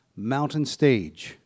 MountainStage